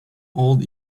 old